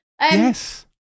Yes